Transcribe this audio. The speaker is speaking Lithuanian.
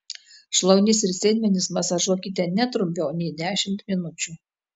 šlaunis ir sėdmenis masažuokite ne trumpiau nei dešimt minučių